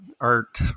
art